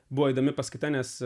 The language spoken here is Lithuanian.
buvo įdomi paskaita nes